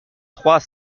trois